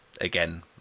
again